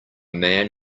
man